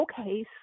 okay